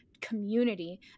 community